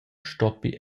stoppi